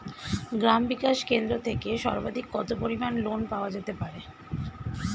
গ্রাম বিকাশ কেন্দ্র থেকে সর্বাধিক কত পরিমান লোন পাওয়া যেতে পারে?